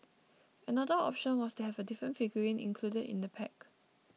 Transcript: another option was to have a different figurine included in the pack